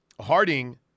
Harding